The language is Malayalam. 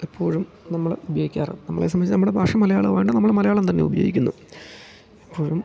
എപ്പോഴും നമ്മള് ഉപയോയിക്കാറ് നമ്മളെ സംബന്ധിച്ച് നമ്മടെ ഭാഷ മലയാളവാണ് നമ്മള് മലയാളം തന്നെ ഉപയോയിക്ക്ന്നു അവറും